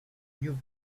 you